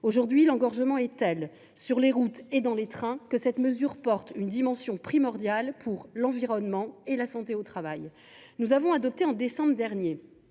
Aujourd’hui, l’engorgement est tel, sur les routes et dans les trains, qu’une telle mesure revêt une dimension primordiale pour l’environnement et la santé au travail. Au mois de décembre dernier,